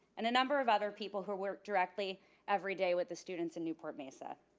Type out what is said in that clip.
and a number of other people, who work directly every day with the students in newport mesa.